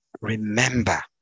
remember